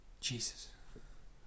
Jesus